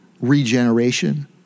regeneration